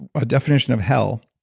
a definition of hell,